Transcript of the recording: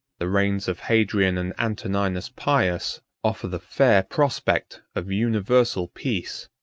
the reigns of hadrian and antoninus pius offer the fair prospect of universal peace.